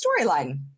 storyline